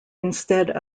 instead